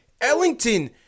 Ellington